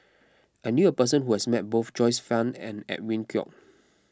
I knew a person who has met both Joyce Fan and Edwin Koek